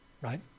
right